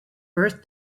birth